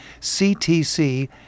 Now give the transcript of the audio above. ctc